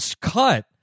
cut